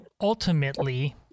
ultimately